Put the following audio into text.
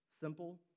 simple